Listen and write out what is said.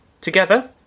Together